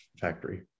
factory